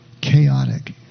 chaotic